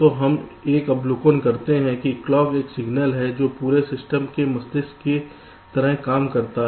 तो हम एक अवलोकन करते हैं कि क्लॉक एक सिग्नल है जो पूरे सिस्टम के मस्तिष्क की तरह काम करता है